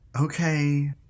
okay